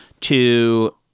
to-